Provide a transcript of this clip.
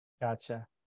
Gotcha